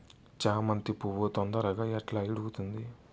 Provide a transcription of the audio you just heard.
చామంతి పువ్వు తొందరగా ఎట్లా ఇడుగుతుంది?